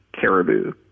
Caribou